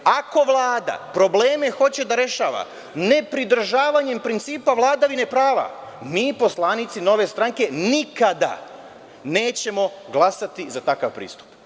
Ako Vlada probleme hoće da rešava nepridržavanjem principa vladavine prava, mi poslanici Nove stranke nikada nećemo glasati za takav pristup.